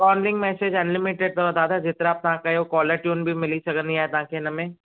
calling message unlimited अथव data जेतिरा बि तव्हां कयो कॉलर ट्यून बि मिली सघंदी आहे तव्हांखे इनमें